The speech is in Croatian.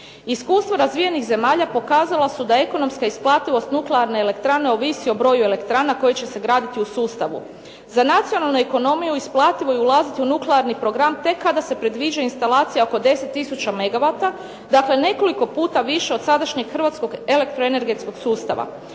Iskustvo razvijenih zemalja pokazala su da ekonomska isplativost nuklearne elektrane ovisi o broju elektrana koje će se graditi u sustavu. Za nacionalno ekonomiju isplativo je ulaziti u nuklearni program tek kada se predviđa instalacija oko 10 tisuća megawata, dakle nekoliko puta više od sadašnjeg hrvatskog elektroenergetskog sustava.